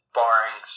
barring